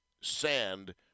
sand